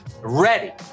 ready